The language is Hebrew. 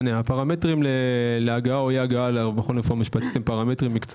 הפרמטרים להגעה או אי הגעה למכון לרפואה משפטית הם מקצועיים,